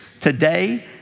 today